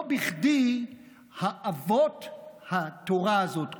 לא בכדי אבות התורה הזאת,